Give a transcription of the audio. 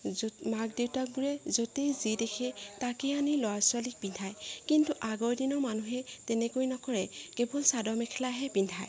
য'ত মাক দেউতাকবোৰে য'তেই যি দেখে তাকে আনি ল'ৰা ছোৱালীক পিন্ধায় কিন্তু আগৰ দিনৰ মানুহে তেনেকৈ নকৰে কেৱল চাদৰ মেখেলাহে পিন্ধায়